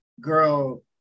girl